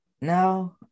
now